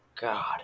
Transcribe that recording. God